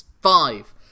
five